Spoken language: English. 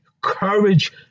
courage